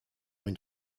une